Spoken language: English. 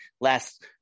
last